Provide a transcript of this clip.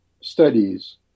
studies